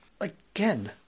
again